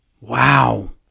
Wow